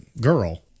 girl